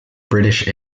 british